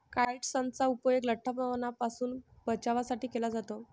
काइट्सनचा उपयोग लठ्ठपणापासून बचावासाठी केला जातो